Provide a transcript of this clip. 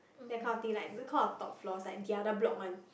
that kind of thing those kind of top floors like the other block one